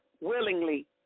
willingly